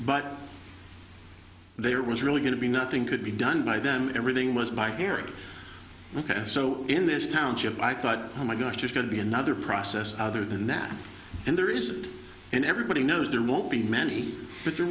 but there was really going to be nothing could be done by then everything was by garrett so in this township i thought oh my gosh there's going to be another process other than that and there is and everybody knows there won't be many but there